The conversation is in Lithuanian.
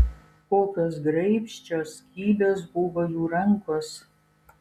kokios graibščios kibios buvo jų rankos